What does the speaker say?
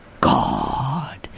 God